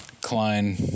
Klein